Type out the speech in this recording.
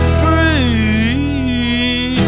free